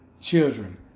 children